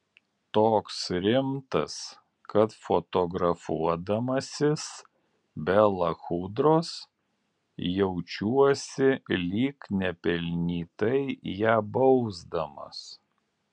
toks rimtas kad fotografuodamasis be lachudros jaučiuosi lyg nepelnytai ją bausdamas